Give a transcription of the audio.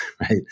right